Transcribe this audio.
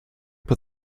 put